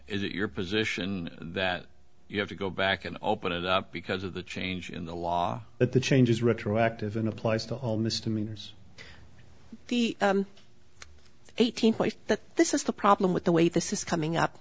is it your position that you have to go back and open it up because of the change in the law that the change is retroactive and applies to all misdemeanors the eighteen point that this is the problem with the way this is coming up